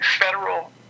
federal